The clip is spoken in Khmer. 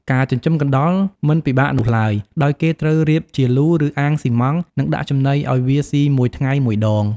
ការចិញ្ចឹមកណ្តុរមិនពិបាកនោះឡើយ ដោយគេត្រូវរៀបជាលូ ឬ អាងសុីម៉ង់ និងដាក់ចំណីឱ្យវាសុីមួយថ្ងៃមួយដង។